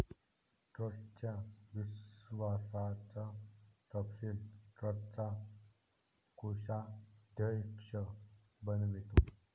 ट्रस्टच्या विश्वासाचा तपशील ट्रस्टचा कोषाध्यक्ष बनवितो